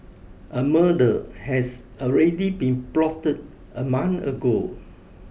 a murder has already been plotted a month ago